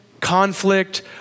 conflict